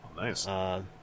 Nice